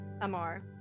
Amar